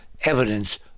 evidence